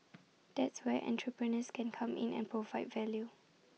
that's where entrepreneurs can come in and provide value